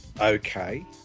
okay